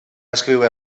escriure